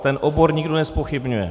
Ten obor nikdo nezpochybňuje.